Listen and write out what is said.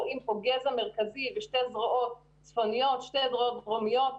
רואים כאן גזע מרכזי ושתי זרועות צפוניות ושתי זרועות דרומיות.